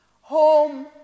home